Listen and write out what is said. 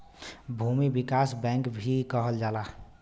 भूमि विकास बैंक भी कहल जाला